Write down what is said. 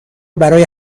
برای